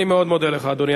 אני מאוד מודה לך, אדוני.